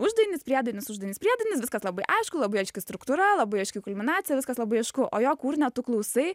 uždainis priedainis uždainis priedainis viskas labai aišku labai aiški struktūra labai aiški kulminacija viskas labai aišku o jo kūrinio tu klausai